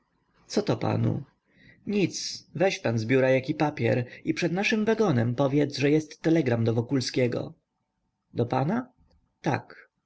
papier coto panu nic weź pan z biura jaki papier i przed naszym wagonem powiedz że jest telegram do wokulskiego do pana tak